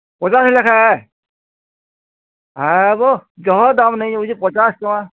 ପଚାଶ ଲେଖାଁ ଆଏ ହେ ବୋ ଜହ ଦାମ୍ ନେଉଛୁ ପଚାଶ୍ ଟଙ୍କା